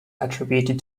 attributed